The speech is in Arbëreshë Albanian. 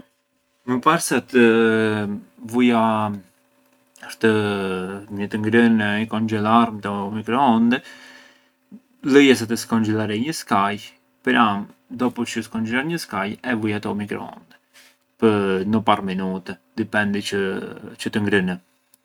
Më parë sa të vuja këtë të ngrënë i konxhelarmë te u microonde, e lëja sa të skonxhelarej një skaj e pra’ dopu çë ju skonxhelar një skaj e vuja te u microonde pë’ no parë minute, dipendi çë të ngrënë ë.